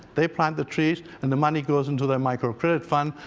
they plant the trees and the money goes into their microcredit fund,